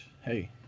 hey